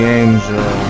angel